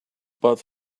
but